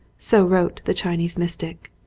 so wrote the chinese mystic.